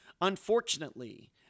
Unfortunately